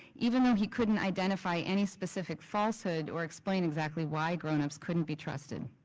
even though he couldn't identify any specific falsehood or explain exactly why grownups couldn't be trusted.